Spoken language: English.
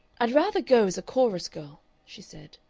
i'd rather go as a chorus-girl, she said.